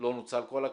שלא נוצל כל הכסף,